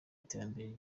iterambere